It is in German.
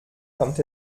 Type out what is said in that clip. kommt